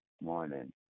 morning